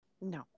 no